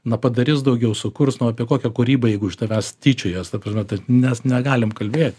na padarys daugiau sukurs nu apie kokią kūrybą jeigu iš tavęs tyčiojas ta prasme nes negalim kalbėti